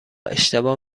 اشتباه